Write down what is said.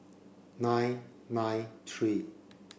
nine nine three